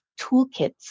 toolkits